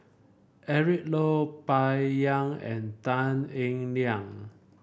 Eric Low Bai Yan and Tan Eng Liang